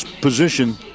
position